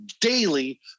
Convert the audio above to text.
daily